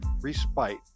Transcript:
respite